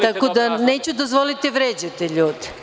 Tako da neću dozvoliti da vređate ljude.